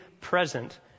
present